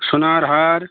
সোনার হার